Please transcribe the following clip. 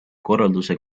korralduse